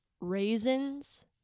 raisins